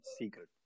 secret